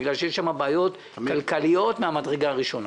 בגלל שיש שם בעיות כלכליות מן המדרגה הראשונה,